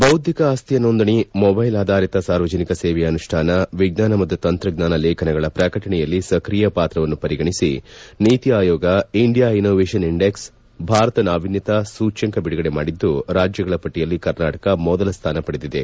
ಬೌದ್ದಿಕ ಆಸ್ತಿಯ ನೋಂದಣಿ ಮೊಬೈಲ್ ಆಧಾರಿತ ಸಾರ್ವಜನಿಕ ಸೇವೆಯ ಅನುಷ್ಠಾನ ವಿಜ್ಞಾನ ಮತ್ತು ತಂತ್ರಜ್ಞಾನ ಲೇಖನಗಳ ಪ್ರಕಟಣೆಯಲ್ಲಿ ಸಕ್ರಿಯ ಪಾತ್ರವನ್ನು ಪರಿಗಣಿಸಿ NITI Aayog India innovation index Bharat ನಾವೀನ್ಯತಾ ಸೂಚ್ಕಂಕ ಬಿಡುಗಡೆ ಮಾಡಿದ್ದು ರಾಜ್ಯಗಳ ಪಟ್ಟಿಯಲ್ಲಿ ಕರ್ನಾಟಕ ಮೊದಲ ಸ್ಥಾನ ಪಡೆದಿದೆ